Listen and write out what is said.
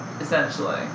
essentially